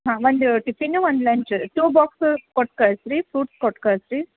ಹಾಂ ಒಂದು ಟಿಫಿನ್ ಒಂದು ಲಂಚ್ ಟು ಬಾಕ್ಸು ಕೊಟ್ಟು ಕಳಿಸ್ರಿ ಫ್ರುಟ್ಸ್ ಕೊಟ್ಟು ಕಳಿಸ್ರಿ